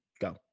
Go